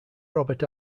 robert